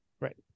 Right